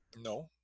No